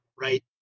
right